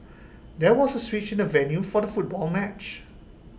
there was A switch in the venue for the football match